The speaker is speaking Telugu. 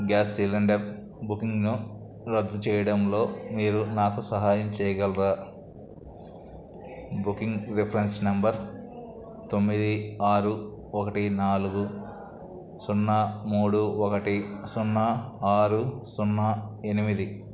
గ్యాస్ సిలిండర్ బుకింగ్ను రద్దు చేయడంలో మీరు నాకు సహాయం చేయగలరా బుకింగ్ రిఫ్రెన్స్ నంబర్ తొమ్మిది ఆరు ఒకటి నాలుగు సున్నా మూడు ఒకటి సున్నా ఆరు సున్నా ఎనిమిది